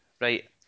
Right